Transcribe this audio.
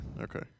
Okay